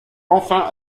enfin